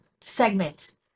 segment